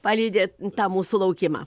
palydi tą mūsų laukimą